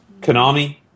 Konami